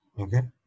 Okay